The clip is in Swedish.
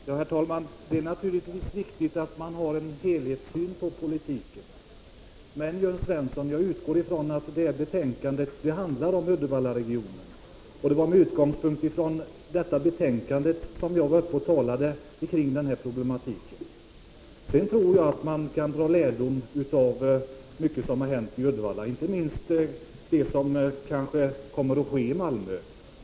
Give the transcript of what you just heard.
Herr talman! Det är naturligtvis viktigt att man har en helhetssyn på politiken. Men, Jörn Svensson, jag utgår från att detta betänkande handlar om Uddevallaregionen. Det var med utgångspunkt i detta betänkande jag höll mitt anförande om dessa problem. Jag tror att man kan dra lärdomar av mycket av det som har hänt i Uddevalla. Dessa lärdomar kan behövas, inte minst med tanke på det som kanske kommer att ske i Malmö.